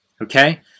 okay